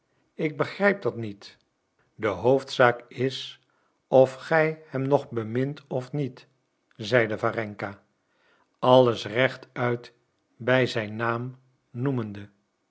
ik begrijp dat niet de hoofdzaak is of gij hem nog bemint of niet zeide warenka alles rechtuit bij zijn naam noemende